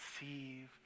receive